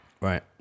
Right